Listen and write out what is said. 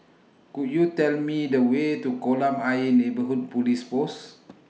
Could YOU Tell Me The Way to Kolam Ayer Neighbourhood Police Post